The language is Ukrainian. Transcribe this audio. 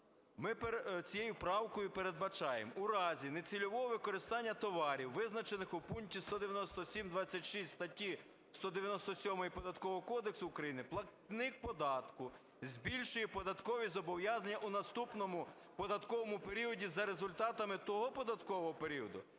Ми цією правкою передбачаємо у разі нецільового використання товарів, визначених у пункті 197.26 статті 197 Податкового кодексу, платник податку збільшує податкові зобов'язання у наступному податковому періоді за результатами того податкового періоду,